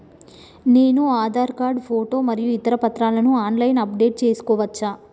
నేను Aadhaar card photo మరియు ఇతర పత్రాలను ఆన్ లైన్ అప్ డెట్ చేసుకోవచ్చా?